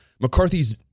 McCarthy's